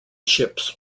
ships